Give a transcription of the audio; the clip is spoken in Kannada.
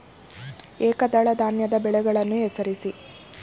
ಏಕದಳ ಧಾನ್ಯದ ಬೆಳೆಗಳನ್ನು ಹೆಸರಿಸಿ?